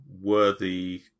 worthy